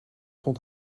vond